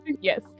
Yes